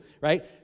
right